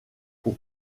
pour